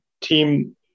team